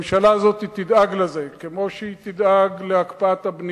הממשלה הזאת תדאג גם לזה,